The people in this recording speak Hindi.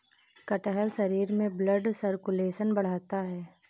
कटहल शरीर में ब्लड सर्कुलेशन बढ़ाता है